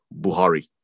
Buhari